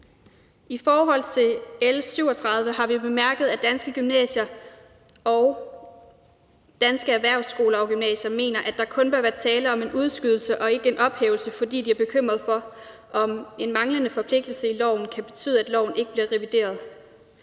I forhold til L 37 har vi bemærket, at danske erhvervsskoler og gymnasier mener, at der kun bør være tale om en udskydelse og ikke om en ophævelse, fordi de er bekymret for, om en manglende forpligtelse i loven kan betyde, at loven ikke bliver revideret.